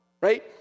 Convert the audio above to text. Right